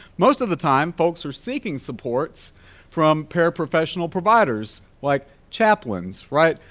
most of the time folks are seeking supports from paraprofessional providers like chaplains, right?